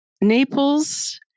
Naples